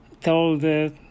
told